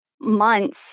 months